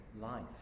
life